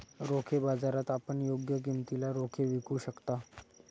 रोखे बाजारात आपण योग्य किमतीला रोखे विकू शकता